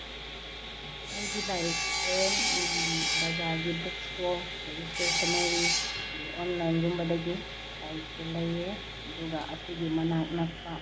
ꯑꯩꯒꯤ ꯂꯥꯏꯔꯤꯛꯁꯦ ꯕꯖꯥꯔꯒꯤ ꯕꯨꯛ ꯏꯁꯇꯣꯔꯗꯒꯤ ꯏꯁꯇꯦꯁꯟꯅꯔꯤ ꯑꯗꯒꯤ ꯑꯣꯟꯂꯥꯏꯟꯒꯨꯝꯕꯗꯒꯤ ꯂꯥꯏꯔꯤꯛꯁꯦ ꯂꯩꯌꯦ ꯑꯗꯨꯒ ꯑꯩꯈꯣꯏꯒꯤ ꯃꯅꯥꯛ ꯅꯛꯄ